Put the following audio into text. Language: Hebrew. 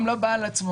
גם להן וגם לבעל עצמו.